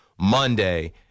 Monday